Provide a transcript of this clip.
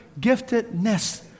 giftedness